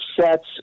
sets